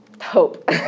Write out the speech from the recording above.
hope